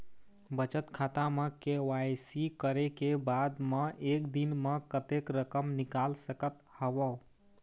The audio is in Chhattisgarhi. बचत खाता म के.वाई.सी करे के बाद म एक दिन म कतेक रकम निकाल सकत हव?